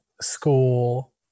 school